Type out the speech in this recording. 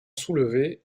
soulevé